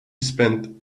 spent